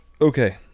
Okay